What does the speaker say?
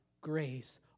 grace